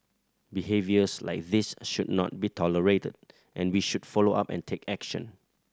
behaviours like this should not be tolerated and we should follow up and take action